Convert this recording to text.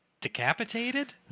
Decapitated